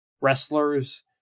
wrestlers